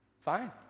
Fine